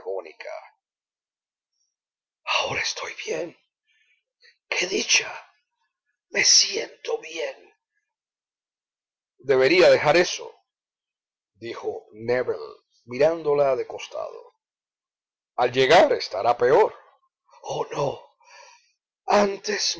agónica ahora estoy bien qué dicha me siento bien debería dejar eso dijo rudamente nébel mirándola de costado al llegar estará peor oh no antes